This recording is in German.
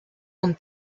und